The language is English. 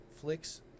flicks